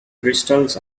crystals